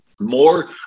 more